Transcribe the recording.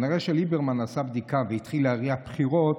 כנראה שליברמן עשה בדיקה והתחיל להריח בחירות,